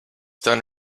done